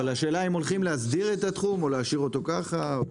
אבל השאלה אם הולכים להסדיר את התחום או להשאיר אותו ככה.